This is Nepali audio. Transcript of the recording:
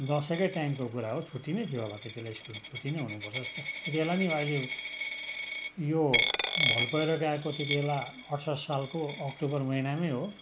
दसैँकै टाइमको कुरा हो छुट्टी नै थियो होला त्यति बेला स्कुल छुट्टी नै हुनुपर्छ जस्तो छ त्यति बेला नि अहिले यो भल पहिरो गएको त्यति बेला अठसट्ठी सालको अक्टोबर महिनामै हो